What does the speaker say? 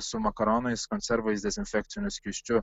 su makaronais konservais dezinfekciniu skysčiu